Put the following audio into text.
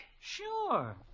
Sure